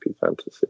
fantasy